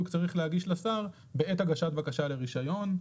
צריך להגיש לשר בעת הגשת בקשה לרישיון.